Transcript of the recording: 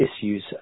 issues